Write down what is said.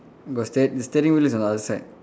got steer~ steering wheel is on the other side